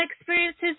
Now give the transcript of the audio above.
experiences